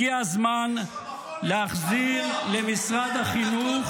הגיע הזמן להחזיר למשרד החינוך